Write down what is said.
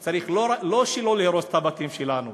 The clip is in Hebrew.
לא רק צריך שלא להרוס את הבתים שלנו,